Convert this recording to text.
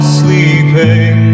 sleeping